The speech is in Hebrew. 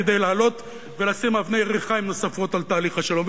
כדי לעלות ולשים אבני ריחיים נוספות על תהליך השלום.